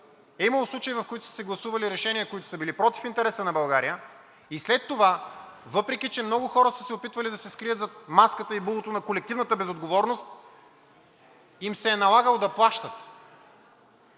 е имало случаи, в които са се гласували решения, които са били против интереса на България, и след това, въпреки, че много хора са се опитвали да се скрият зад маската и булото на колективната безотговорност им се е налагало да плащат